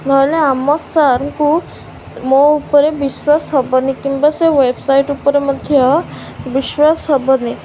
ନହେଲେ ଆମ ସାର୍ଙ୍କୁ ମୋ ଉପରେ ବିଶ୍ୱାସ ହେବନି କିମ୍ବା ସେ ୱେବସାଇଟ୍ ଉପରେ ମଧ୍ୟ ବିଶ୍ୱାସ ହେବନି